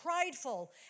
prideful